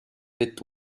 with